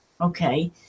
okay